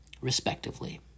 respectively